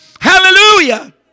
Hallelujah